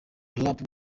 rap